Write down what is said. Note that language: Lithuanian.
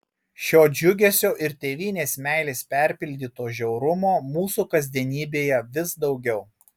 šio džiugesio ir tėvynės meilės perpildyto žiaurumo mūsų kasdienybėje vis daugiau